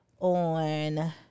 On